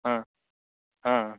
ம் ம்